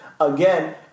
again